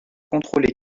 contrôler